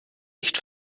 nicht